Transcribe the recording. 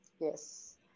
Yes